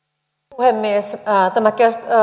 puhemies tämä